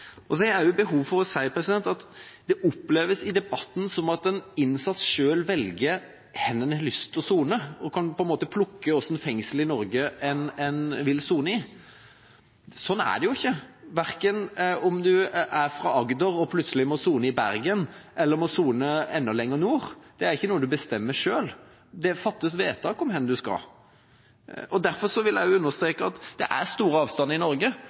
Så har jeg også behov for å si at det oppleves i debatten som at den innsatte selv velger hvor han har lyst til å sone, at en på en måte kan plukke ut hvilket fengsel i Norge en vil sone i. Sånn er det jo ikke. Om en er fra Agder og plutselig må sone i Bergen, eller må sone enda lenger nord – dette er ikke noe en bestemmer selv, det fattes vedtak om hvor en skal. Jeg vil understreke at det er store avstander i Norge,